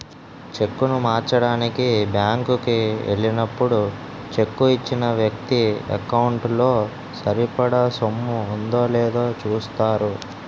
చెక్కును మార్చడానికి బ్యాంకు కి ఎల్లినప్పుడు చెక్కు ఇచ్చిన వ్యక్తి ఎకౌంటు లో సరిపడా సొమ్ము ఉందో లేదో చూస్తారు